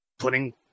putting